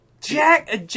jack